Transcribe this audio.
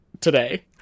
today